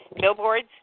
billboards